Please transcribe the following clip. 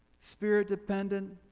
spirit dependent,